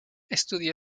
estudió